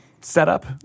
setup